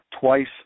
twice